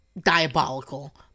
diabolical